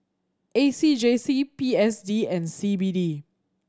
A C J C P S D and C B D